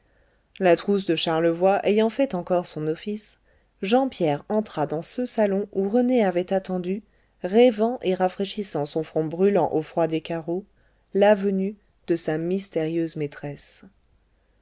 la trousse de charlevoy ayant fait encore son office jean pierre entra dans ce salon où rené avait attendu rêvant et rafraîchissant son front brûlant au froid des carreaux la venue de sa mystérieuse maîtresse